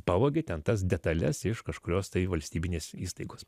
pavogė ten tas detales iš kažkurios tai valstybinės įstaigos